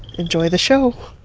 enjoy the show